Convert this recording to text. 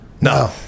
No